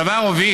הדבר הוביל